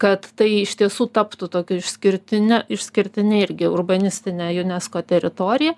kad tai iš tiesų taptų tokiu išskirtine išskirtine irgi urbanistine unesco teritorija